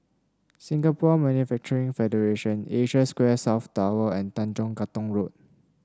Singapore Manufacturing Federation Asia Square South Tower and Tanjong Katong Road